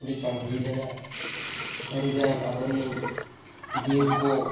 ᱜᱩᱞᱤᱠᱟᱱᱰ ᱦᱩᱭ ᱞᱮᱱᱟ ᱟᱹᱰᱤᱜᱟᱱ ᱟᱵᱚ ᱨᱮᱱ ᱵᱤᱨ ᱠᱚ